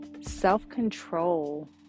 self-control